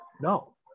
No